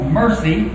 mercy